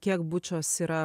kiek bučos yra